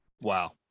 Wow